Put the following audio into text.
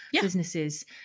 businesses